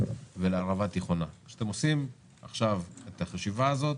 ולערבה התיכונה כשאתם עושים עכשיו את החשיבה הזאת